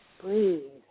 Breathe